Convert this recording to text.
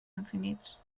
infinits